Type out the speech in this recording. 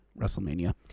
WrestleMania